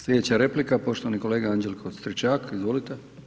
Slijedeća replika poštovani kolega Anđelko Stričak, izvolite.